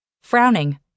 Frowning